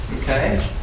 Okay